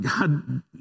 God